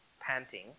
panting